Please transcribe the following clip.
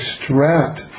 extract